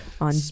on